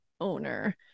owner